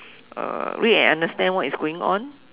uh read and understand what is going on